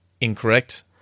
Incorrect